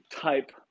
type